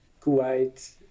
Kuwait